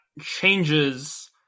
changes